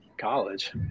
college